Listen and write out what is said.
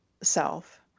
self